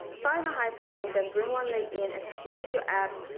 start in a high plank then bring one leg in and squeeze your abs,